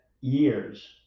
years